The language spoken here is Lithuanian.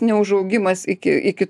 neužaugimas iki iki